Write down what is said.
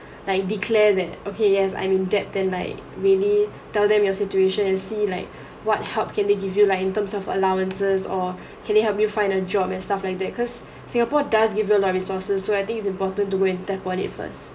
like declare that okay yes I am in debt and like really tell them your situation and see like what help can they give you like in terms of allowances or can they help you find a job and stuff like that because singapore does give the resources so I think it's important to win tap on it first